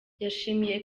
yashimiye